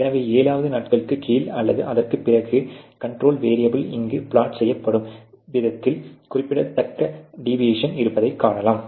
எனவே 7வது நாளுக்குக் கீழே அல்லது அதற்கு பிறகு கண்ட்ரோல் வேரீயபில் இங்கு பிளாட் செய்யப்படும் விதத்தில் குறிப்பிடத்தக்க டிவியேஷன் இருப்பதைக் காணலாம்